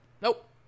nope